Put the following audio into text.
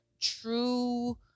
true